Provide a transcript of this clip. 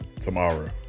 tomorrow